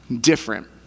different